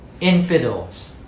infidels